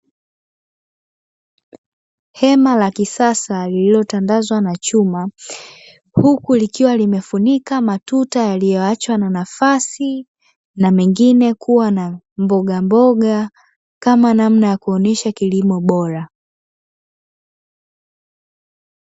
Hema la kisasa lililo tandazwa na chuma, huku likiwa limefunika matuta yaliyo achwa na nafasi na mengine kuwa na mboga mboga kama namna ya kuonesha kilimo bora.